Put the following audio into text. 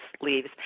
leaves